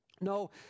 No